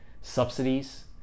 subsidies